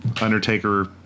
Undertaker